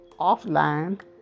offline